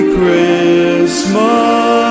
Christmas